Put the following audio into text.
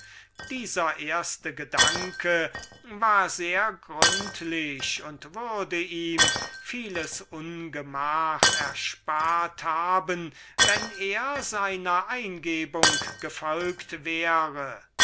dieser erste gedanke war sehr gründlich und würde ihm vieles ungemach erspart haben wenn er seiner eingebung gefolget hätte